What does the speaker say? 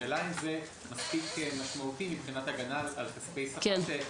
השאלה אם זה מספיק משמעותי מבחינת הגנה על כספי החוסך.